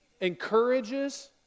Encourages